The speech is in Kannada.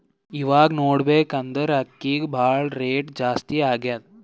ಇವಾಗ್ ನೋಡ್ಬೇಕ್ ಅಂದ್ರ ಅಕ್ಕಿಗ್ ಭಾಳ್ ರೇಟ್ ಜಾಸ್ತಿ ಆಗ್ಯಾದ